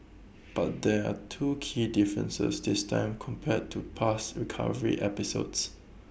but there are two key differences this time compared to past recovery episodes